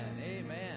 amen